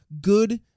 good